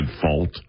fault